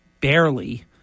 barely